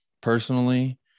personally